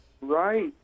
right